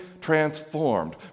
transformed